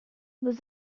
was